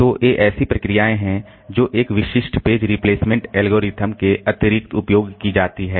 तो ये ऐसी प्रोसेसहैं जो एक विशिष्ट पेज रिप्लेसमेंट एल्गोरिदम के अतिरिक्त उपयोग की जाती हैं